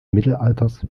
mittelalters